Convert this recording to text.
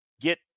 get